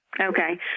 Okay